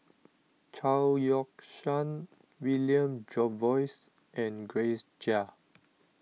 Chao Yoke San William Jervois and Grace Chia